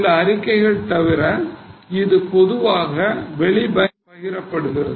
சில அறிக்கைகள் தவிர இது பொதுவாக வெளி பயனர்கள் உடன் பகிரப்படுகிறது